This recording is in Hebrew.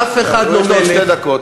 אף אחד לא מלך, יש לו עוד שתי דקות.